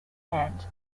and